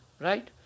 Right